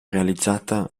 realizzata